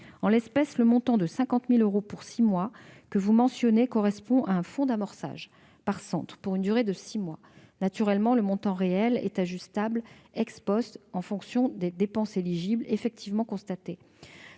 En l'espèce, le montant de 50 000 euros que vous mentionnez correspond à un fonds d'amorçage par centre pour une durée de six mois. Naturellement, le montant réel est ajustable en fonction des dépenses éligibles effectivement constatées.